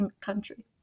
country